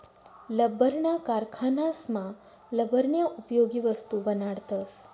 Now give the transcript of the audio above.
लब्बरना कारखानासमा लब्बरन्या उपयोगी वस्तू बनाडतस